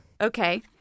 Okay